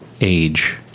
age